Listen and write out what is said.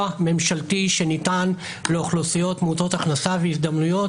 ממשלתי שניתן לאוכלוסיות מעוטות הכנסה והזדמנויות